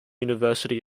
university